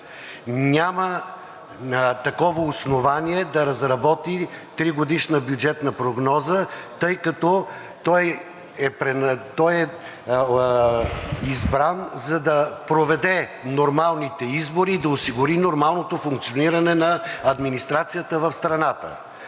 няма такова основание да разработи тригодишна бюджетна прогноза, тъй като той е избран, за да проведе нормалните избори и да осигури нормалното функциониране на администрацията в страната.